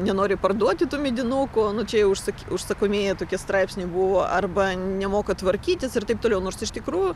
nenori parduoti tų medinukų nu čia jau užsaky užsakomieji tokie straipsniai buvo arba nemoka tvarkytis ir taip toliau nors iš tikrųjų